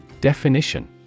Definition